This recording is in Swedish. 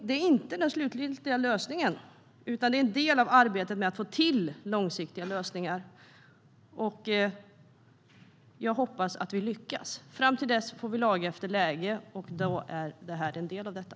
Det är inte den slutgiltiga lösningen, utan det är en del av arbetet för att få till långsiktiga lösningar. Jag hoppas att vi lyckas. Fram till dess får vi laga efter läge, och då är det här en del av detta.